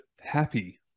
happy